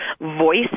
voice